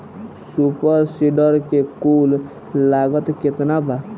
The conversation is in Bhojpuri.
सुपर सीडर के कुल लागत केतना बा?